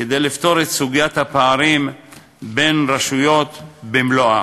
כדי לפתור את סוגיית הפערים בין רשויות במלואה.